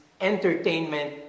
entertainment